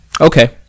Okay